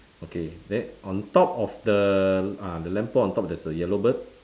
okay then on top of the ah the lamp post on top there's a yellow bird